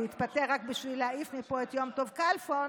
והוא התפטר רק בשביל להעיף מפה את יום טוב כלפון.